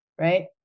right